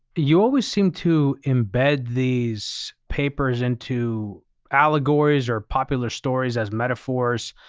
you always seem to embed these papers into allegories or popular stories as metaphors.